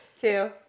two